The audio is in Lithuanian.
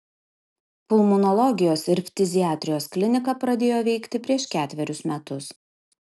pulmonologijos ir ftiziatrijos klinika pradėjo veikti prieš ketverius metus